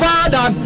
Father